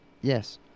Yes